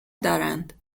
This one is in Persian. دارند